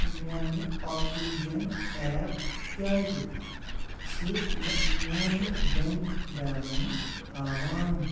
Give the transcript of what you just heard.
میٛانہِ oxygen app کیٛازِ چھِ نہٕ میٛانہِ بٮ۪نٛک بیلٮ۪نٕس ہاوان